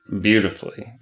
beautifully